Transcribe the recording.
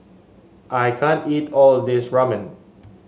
I can't eat all of this Ramen